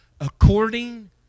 According